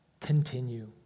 continue